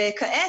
וכעת,